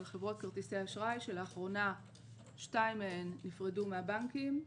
על חברות כרטיסי האשראי שלאחרונה שתיים מהן הופרדו מהבנקים,